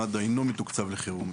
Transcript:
מד"א אינו מתוקצב בחירום,